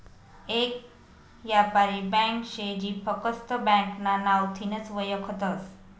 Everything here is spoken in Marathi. येक यापारी ब्यांक शे जी फकस्त ब्यांकना नावथीनच वयखतस